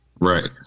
Right